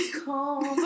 cold